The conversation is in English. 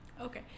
Okay